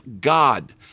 God